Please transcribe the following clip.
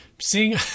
seeing